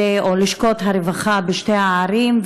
לשכות הרווחה בשתי הערים,